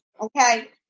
okay